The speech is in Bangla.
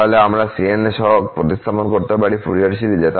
তাহলে আমরা cn সহগ প্রতিস্থাপন করতে পারি ফুরিয়ার সিরিজে